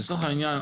לצורך העניין,